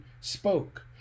spoke